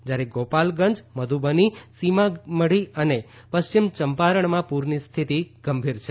જ્યારે ગોપાલગંજ મધુબની સીમામઢી અને પશ્ચિમ ચંપારણમાં પૂરની પરિસ્થિતિ ગંભીર છે